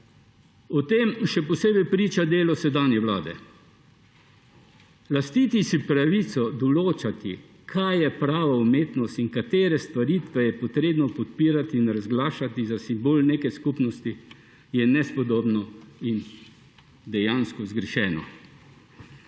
O tem še posebej priča delo sedanje vlade. Lastiti si pravico določati, kaj je prava umetnost in katere stvaritve je treba podpirati in razglašati za simbol neke skupnosti, je nespodobno in dejansko zgrešeno.